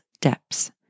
depths